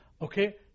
okay